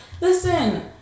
Listen